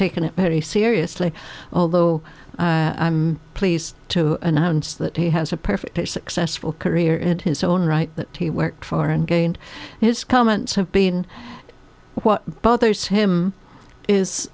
taken it very seriously although i'm pleased to announce that he has a perfect successful career in his own right that he worked for and gained his comments have been what bothers him is